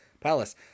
Palace